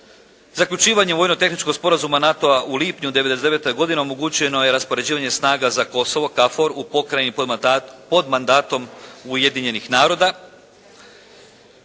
Zaključivanjem vojno-tehničkog sporazuma NATO-a u lipnju 99. omogućeno je raspoređivanje snaga za Kosovo KFOR u pokrajini pod mandatom Ujedinjenih naroda.